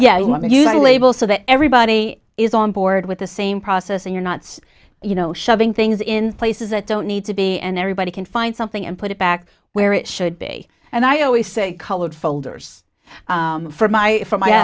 a label so that everybody is on board with the same process and you're not you know shoving things in places that don't need to be and everybody can find something and put it back where it should be and i always say colored folders for my for my